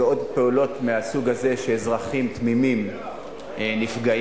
ועוד פעולות מהסוג הזה, שאזרחים תמימים נפגעים.